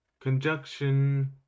conjunction